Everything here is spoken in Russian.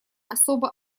особо